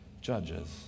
judges